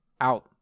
out